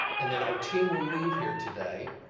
and then our team will leave here today,